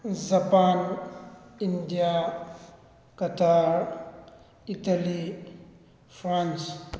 Japan India Qatar Italy France